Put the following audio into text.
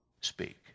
speak